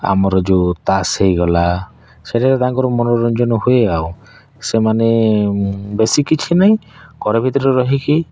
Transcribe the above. ଆମର ଯେଉଁ ତାସ୍ ହୋଇଗଲା ସେଟା ତାଙ୍କର ମନୋରଞ୍ଜନ ହୁଏ ଆଉ ସେମାନେ ବେଶୀ କିଛି ନାହିଁ ଘର ଭିତରେ ରହିକି